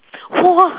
!whoa!